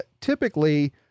typically